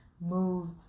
moved